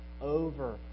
over